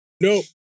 Nope